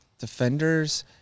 Defenders